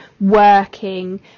working